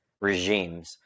regimes